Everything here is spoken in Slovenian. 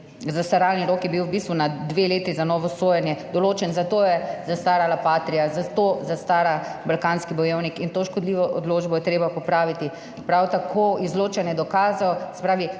zastaralni rok je bil v bistvu na dve leti za novo sojenje določen, zato je zastarala Patria, za to zastara balkanski bojevnik in to škodljivo odločbo je treba popraviti. Prav tako izločanje dokazov, se pravi,